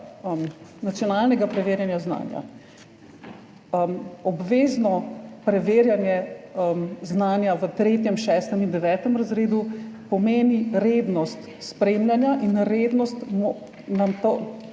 nacionalnega preverjanja znanja – obvezno preverjanje znanja v 3., 6. in 9. razredu pomeni rednost spremljanja in nam